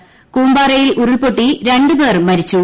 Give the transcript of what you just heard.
ക്വ്മ്പാറ്റ്യിൽ ഉരുൾപൊട്ടി രണ്ട് പേർ മരിച്ചു